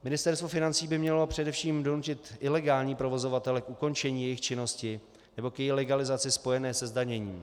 Ministerstvo financí by mělo především donutit ilegální provozovatele k ukončení jejich činnosti nebo k její legalizaci spojené se zdaněním.